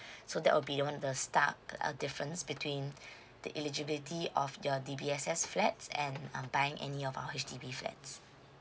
so that will be on the start uh difference between the eligibility of your D_B_S_S flats and um buying any of our H_D_B flats